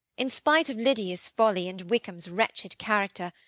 in spite of lydia's folly and wickham's wretched character,